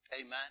Amen